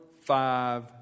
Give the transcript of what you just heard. five